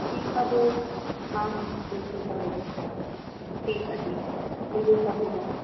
ठीकु आहे पोइ हा हा पुछूं था वरी ठीकु आहे ठीकु आहे मिलूं था सुभाणे